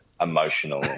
emotional